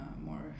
more